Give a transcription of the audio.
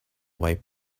wipe